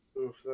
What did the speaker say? Oof